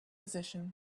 position